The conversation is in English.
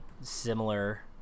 similar